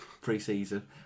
pre-season